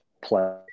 play